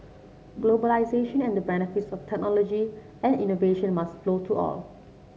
globalisation and the benefits of technology and innovation must flow to all